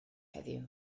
heddiw